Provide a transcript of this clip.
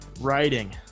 writing